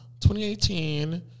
2018